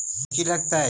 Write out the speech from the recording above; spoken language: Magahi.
कौची लगतय?